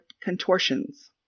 contortions